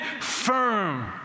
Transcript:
firm